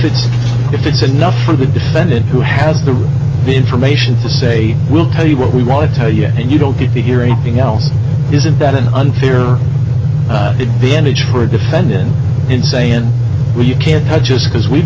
it's if it's enough for the defendant who has the information to say we'll tell you what we want to tell you and you don't get to hear anything else isn't that an unfair advantage for a defendant in saying well you can't i just because we've